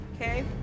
Okay